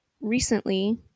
recently